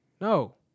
No